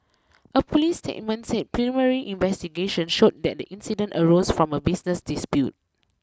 a police statement said primary investigations showed that the incident arose from a business dispute